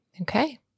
Okay